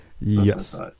Yes